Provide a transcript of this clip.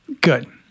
good